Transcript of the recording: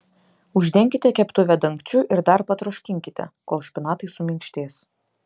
uždenkite keptuvę dangčiu ir dar patroškinkite kol špinatai suminkštės